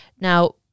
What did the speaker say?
now